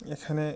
এখানে